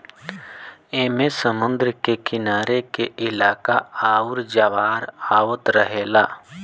ऐमे समुद्र के किनारे के इलाका आउर ज्वार आवत रहेला